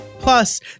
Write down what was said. Plus